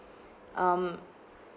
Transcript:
um